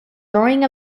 throwing